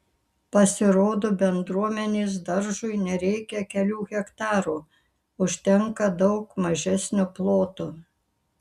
pasirodo bendruomenės daržui nereikia kelių hektarų užtenka daug mažesnio ploto